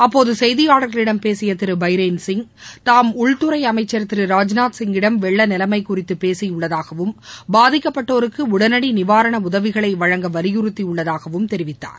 அப்போது செய்தியாளர்களிடம் பேசிய திரு எபரேன் சிங் தாம் உள்துறை அமைச்சர் திரு ராஜ்நாத் சிங்கிடம் வெள்ள நிலைமை குறித்து பேசியுள்ளதாகவும் பாதிக்கப்பட்டோருக்கு உடனடி நிவாரண உதவிகளை வழங்க வலியுறுத்தியுள்ளதாகவும் தெரிவித்தார்